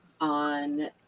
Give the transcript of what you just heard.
On